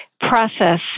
process